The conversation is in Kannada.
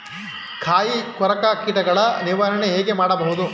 ಕಾಯಿ ಕೊರಕ ಕೀಟಗಳ ನಿರ್ವಹಣೆ ಹೇಗೆ ಮಾಡಬಹುದು?